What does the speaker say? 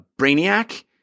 brainiac